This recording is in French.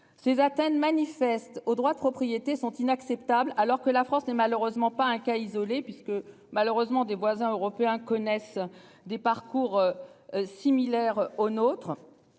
Ces atteinte manifeste au droit propriétés sont inacceptables. Alors que la France n'est malheureusement pas un cas isolé puisque malheureusement des voisins européens connaissent des parcours. Similaires aux nôtres.